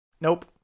Nope